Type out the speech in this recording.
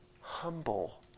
Humble